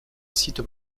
sites